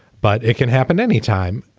but it can happen any time.